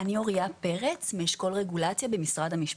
אני אוריה פרץ מאשכול רגולציה במשרד המשפטים.